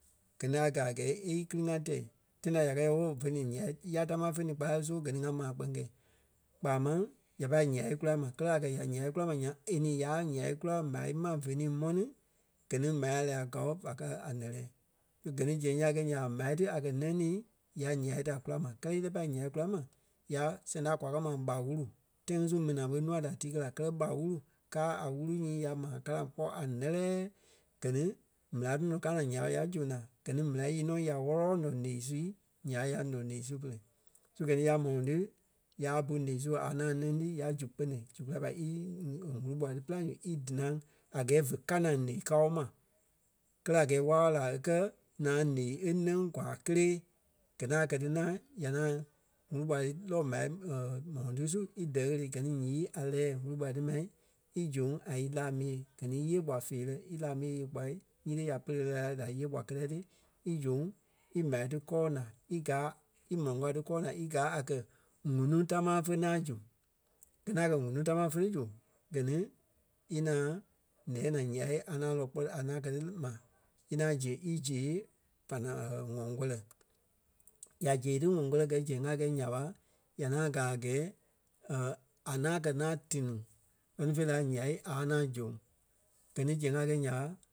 gɛ ni a gaa a gɛɛ e íkili-ŋa tɛ́i. Tãi ta ya kɛ yɛ ooo ve ni ǹyai- yá tamaa fé ni kpala so gɛ ni ŋa maa kpɛŋ kɛi. Kpaa máŋ ya pai ǹyai kula ma kɛ́lɛ a kɛ̀ ya ǹyâi kula nyaŋ e ní ya ǹyai kula m̀á ma ve ni mɔ́ ní, gɛ ni m̀á a lɛ́ɛ a káo vé kɛ̀ a ǹɛ́lɛɛ. So gɛ ni zɛŋ ya gɛi nya ɓa m̀á ti a kɛ̀ nɛŋ nii ya ǹyai da kula ma. Kɛlɛ ílɛɛ pâi ǹyai kula ma ya sɛŋ ta kwa kɛ ma ɓá wúru. Tãi ŋí su mina ɓé nûa da tii kɛ́ la, kɛlɛ ɓá wúru káa a wúru nyii ya maa kalaŋ kpɔ́ a ǹɛ́lɛɛ gɛ ni méla tɔnɔ káa naa nya ɓé ya zoŋ la gɛ ni méla nyii nɔ ya wɔ́lɔ ǹɔ ǹeɣii sui nya ɓé ya ǹɔ ǹeɣii su pere. So gɛ ni ya mɔlɔŋ ti yaa bu ǹeɣii su a ŋaŋ nɛŋ ti ya zu pene zu kula ɓa í wúru kpua ti pîlaŋ zu í dilaŋ a gɛɛ vé kanaa ǹeɣii kao ma. Kɛlɛ a gɛɛ wála-wala laa e kɛ̀ naa ǹeɣii e nɛŋ kwaa kélee gɛ ŋaŋ kɛ́ ti ŋaŋ ya ŋaŋ wúru kpua ti lɔ m̀á mɔlɔŋ ti su í dɛ̀ ɣele gɛ ni nyii a lɛ́ɛ wúru kpua ti ma ízoŋ a ílaa mii yêe. Gɛ ni íyee kpua feerɛ ílaa mii yée kpua nyiti ya pɛ́lɛ lɛlɛ la da íyee kpua kɛtɛ ti ízoŋ í m̀á ti kɔɔ naa í gaa í mɔlɔŋ kao ti kɔɔ naa í gaa a kɛ̀ ŋ̀unuu támaa fé ŋaŋ zu. Gɛ ŋaŋ gɛ ŋ̀unuu tamaa fé zu gɛ ni í ŋaŋ lɛ́ɛ naa ǹyai a ŋaŋ lɔ kpɔ́ ti a ŋaŋ kɛ́ ti ma, í ŋaŋ ziɣe í zee bana- ŋɔŋ kɔlɛ. Ya zee ti ŋɔŋ kɔlɛ gɛ́ zɛŋ a kɛi nya ɓa. ya ŋaŋ gaa a gɛɛ a ŋaŋ kɛ́ ŋaŋ téniŋ kpɛ́ni fêi la ǹyai a ŋaŋ zoŋ. Gɛ ni zɛŋ a kɛi nya ɓa